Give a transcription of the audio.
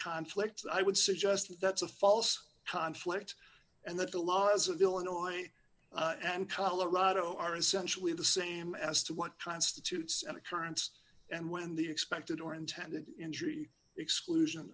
conflict i would suggest that's a false conflict and that the laws of illinois and colorado are essentially the same as to what constitutes an occurrence and when the expected or intended injury exclusion